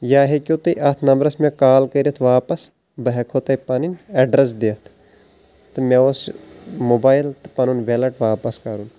یا ہیٚکو تُہۍ اَتھ نمبرس مےٚ کال کٔرِتھ واپس بہٕ ہیٚکو تۄہہِ پنُن ایٚڈرس دِتھ تہٕ مےٚ اوس موبایل تہٕ پنُن ویٚلٹ واپس کرُن